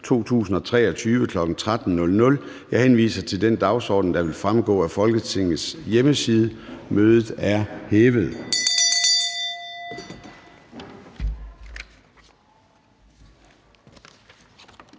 2023, kl. 13.00. Jeg henviser til den dagsorden, der vil fremgå af Folketingets hjemmeside. Mødet er hævet.